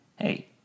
hey